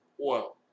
oil